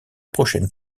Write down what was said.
prochaine